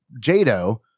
Jado